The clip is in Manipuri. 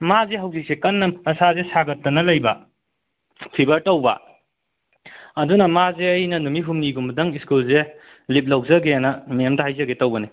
ꯃꯥꯁꯦ ꯍꯧꯖꯤꯛꯁꯦ ꯀꯟꯅ ꯃꯁꯥꯁꯦ ꯁꯥꯒꯠꯇꯅ ꯂꯩꯕ ꯐꯤꯕꯔ ꯇꯧꯕ ꯑꯗꯨꯅ ꯃꯥꯁꯦ ꯑꯩꯅ ꯅꯨꯃꯤꯠ ꯍꯨꯝꯅꯤꯒꯨꯝꯕꯗꯪ ꯁ꯭ꯀꯨꯜꯁꯦ ꯂꯤꯞ ꯂꯧꯖꯒꯦꯅ ꯃꯦꯝꯗ ꯍꯥꯏꯖꯒꯦ ꯇꯧꯕꯅꯤ